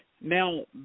Now